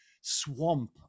swamp